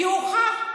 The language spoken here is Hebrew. כי הוכח: